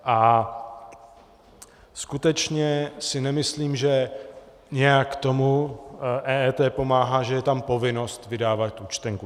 A skutečně si nemyslím, že nějak tomu EET pomáhá, že je tam povinnost vydávat účtenku.